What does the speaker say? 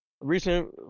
recent